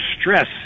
stress